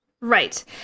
right